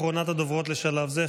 אחרונת הדוברים לשלב זה,